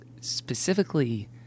specifically